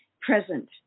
present